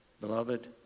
Beloved